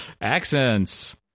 Accents